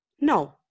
No